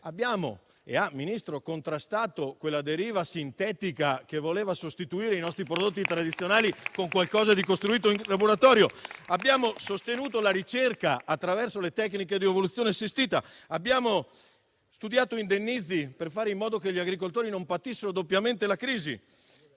Ministro, contrastato quella deriva sintetica che voleva sostituire i nostri prodotti tradizionali con qualcosa di costruito in laboratorio. Abbiamo sostenuto la ricerca attraverso le tecniche di evoluzione assistita, abbiamo studiato indennizzi per fare in modo che gli agricoltori non patissero doppiamente la crisi.